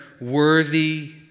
worthy